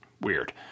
weird